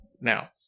Now